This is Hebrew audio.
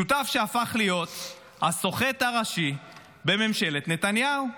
שותף שהפך להיות הסוחט הראשי בממשלת נתניהו.